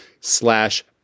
slash